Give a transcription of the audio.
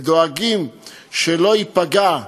ודואגים שלא ייפגע,